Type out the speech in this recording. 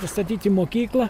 pastatyti mokyklą